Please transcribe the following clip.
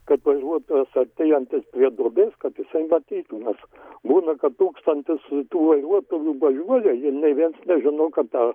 kad vairuotojas artėjantis prie duobės kad jisai matytų nes būna kad tūkstantis tų vairuotojų važiuoja ir nė viens nežino kad ta